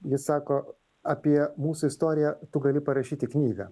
jis sako apie mūsų istoriją tu gali parašyti knygą